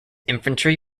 infantry